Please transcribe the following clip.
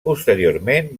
posteriorment